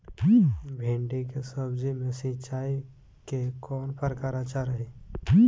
भिंडी के सब्जी मे सिचाई के कौन प्रकार अच्छा रही?